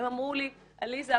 הם אמרו לי: עליזה,